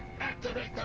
activate